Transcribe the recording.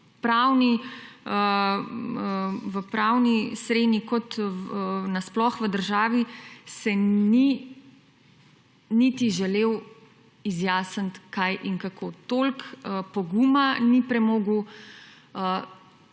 v pravni sreni kot na sploh v državi se ni niti želel izjasniti kaj in kako, toliko poguma ni premogel.